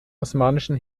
osmanischen